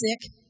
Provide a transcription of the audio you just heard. sick